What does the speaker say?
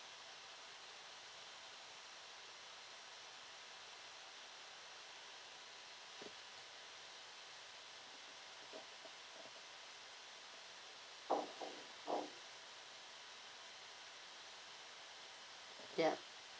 ya